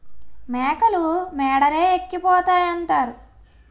మేకలు మేడలే ఎక్కిపోతాయంతారు